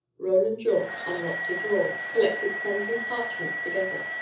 roland yorke unlocked a drawer, collected sundry parchments together,